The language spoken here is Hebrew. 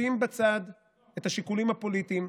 לשים בצד את השיקולים הפוליטיים.